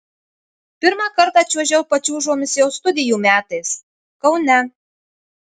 pirmą kartą čiuožiau pačiūžomis jau studijų metais kaune